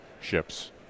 ships